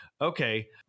okay